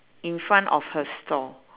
in front of her store